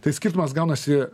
tai skirtumas gaunasi